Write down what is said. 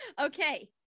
Okay